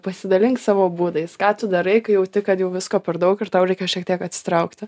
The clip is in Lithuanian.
pasidalink savo būdais ką tu darai kai jauti kad jau visko per daug ir tau reikia šiek tiek atsitraukti